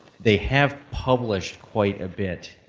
they have published quite a bit.